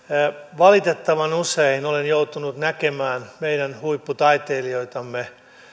valitettavan usein olen joutunut näkemään meidän huipputaiteilijoitamme